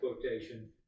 quotation